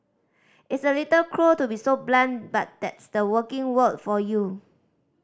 it's a little cruel to be so blunt but that's the working world for you